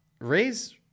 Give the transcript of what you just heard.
raise